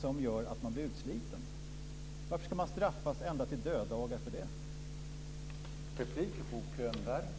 som gör att man blir utsliten? Varför ska man straffas ända till döddagar för det?